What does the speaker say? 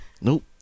Nope